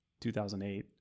2008